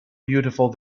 beautiful